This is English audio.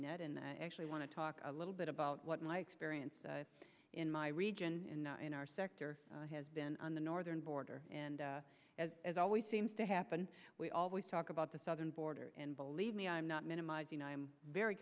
net and i actually want to talk a little bit about what my experience in my region in our sector has been on the northern border and as always seems to happen we always talk about the southern border and believe me i'm not minimizing i'm very